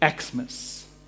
Xmas